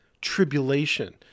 tribulation